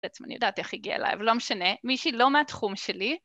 בעצם אני יודעת איך הגיע אליי, אבל לא משנה, מישהי לא מהתחום שלי...